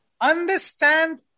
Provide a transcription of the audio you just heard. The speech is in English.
understand